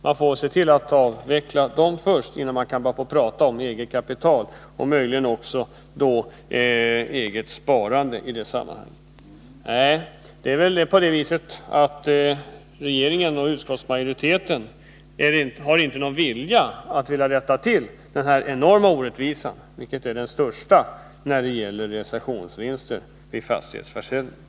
Man får väl se till att avveckla dem först, innan man kan börja prata om eget kapital och möjligen också då om eget sparande i det sammanhanget. Nej, det är väl på det viset att regeringen och utskottsmajoriteten inte har någon vilja att rätta till den här enorma orättvisan — den största när det gäller realisationsvinster vid fastighetsförsäljning.